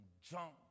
junk